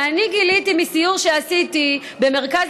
שאני גיליתי בעקבות סיור שעשיתי במרכז